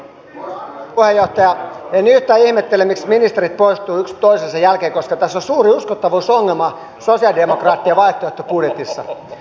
en yhtään ihmettele miksi ministerit poistuvat yksi toisensa jälkeen koska tässä on suuri uskottavuusongelma sosialidemokraattien vaihtoehtobudjetissa